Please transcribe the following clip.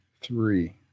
three